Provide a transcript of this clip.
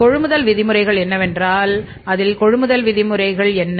கொள்முதல் விதிமுறைகள் என்னவென்றால் அதில் கொள்முதல் விதிமுறைகள் என்ன